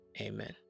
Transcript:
Amen